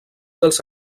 dels